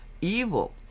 evil